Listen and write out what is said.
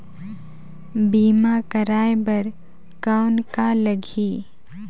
बीमा कराय बर कौन का लगही?